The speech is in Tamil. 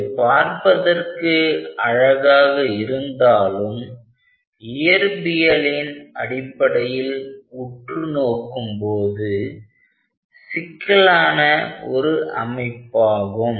இது பார்ப்பதற்கு அழகாக இருந்தாலும் இயற்பியலின் அடிப்படையில் உற்று நோக்கும் போது சிக்கலான ஒரு அமைப்பாகும்